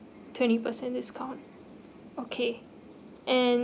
twenty percent discount okay and